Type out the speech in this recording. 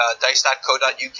Dice.co.uk